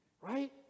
right